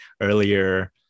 earlier